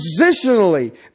positionally